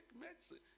medicine